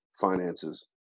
Finances